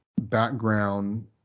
background